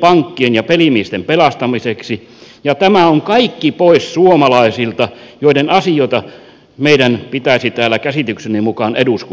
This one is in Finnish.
pankkien ja pelimiesten pelastamiseksi ja tämä on kaikki pois suomalaisilta joiden asioita meidän pitäisi käsitykseni mukaan täällä eduskunnassa hoitaa